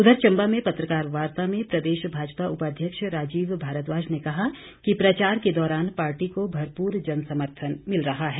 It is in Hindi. उधर चम्बा में पत्रकार वार्ता में प्रदेश भाजपा उपाध्यक्ष राजीव भारद्वाज ने कहा कि प्रचार के दौरान पार्टी को भरपूर जनसमर्थन मिल रहा है